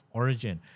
origin